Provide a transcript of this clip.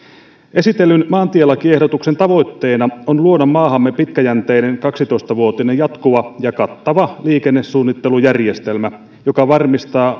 esitellyn maantielakiehdotuksen tavoitteena on luoda maahamme pitkäjänteinen kaksitoista vuotinen jatkuva ja kattava liikennesuunnittelujärjestelmä joka varmistaa